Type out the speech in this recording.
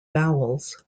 vowels